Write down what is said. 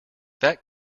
that